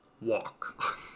walk